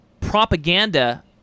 propaganda